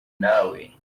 nawe